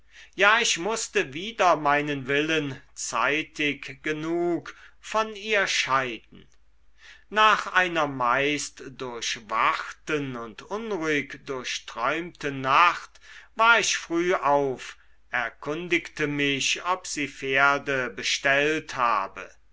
ja ich mußte wider meinen willen zeitig genug von ihr scheiden nach einer meist durchwachten und unruhig durchträumten nacht war ich früh auf erkundigte mich ob sie pferde bestellt habe